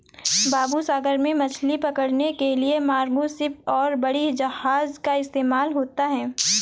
बाबू सागर में मछली पकड़ने के लिए कार्गो शिप और बड़ी जहाज़ का इस्तेमाल होता है